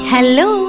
Hello